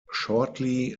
shortly